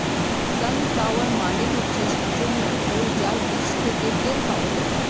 sunflower মানে হচ্ছে সূর্যমুখী ফুল যার বীজ থেকে তেল পাওয়া যায়